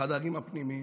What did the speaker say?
לחדרים הפנימיים.